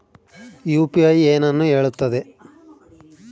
UPI ಏನನ್ನು ಹೇಳುತ್ತದೆ?